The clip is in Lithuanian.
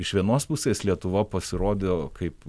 iš vienos pusės lietuva pasirodo kaip